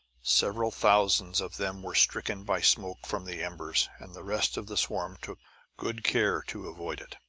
several thousands of them were stricken by smoke from the embers, and the rest of the swarm took good care to avoid it.